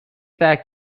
that